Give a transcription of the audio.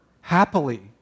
happily